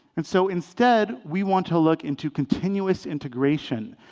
and so instead, we want to look into continuous integration.